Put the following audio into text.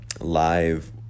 live